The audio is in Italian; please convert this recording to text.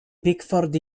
pickford